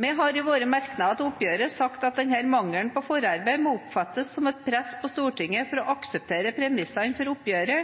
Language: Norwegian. Vi har i våre merknader til oppgjøret sagt at denne mangelen på forarbeid må oppfattes som et press på Stortinget for å